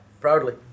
proudly